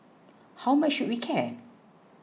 how much should we care